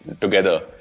together